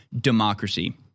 democracy